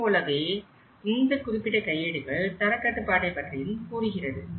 இதுபோலவே இந்த குறிப்பிட்ட கையேடுகள் தர கட்டுப்பாட்டை பற்றியும் கூறுகிறது